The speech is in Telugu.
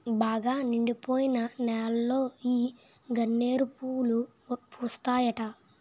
బాగా నిండిపోయిన నేలలో ఈ గన్నేరు పూలు పూస్తాయట